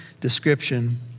description